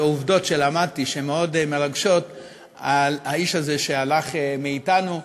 עובדות שלמדתי שמאוד מרגשות על האיש הזה שהלך מאתנו,